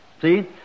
See